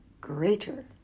greater